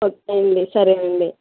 ఒకే అండి సరే అండి